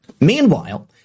Meanwhile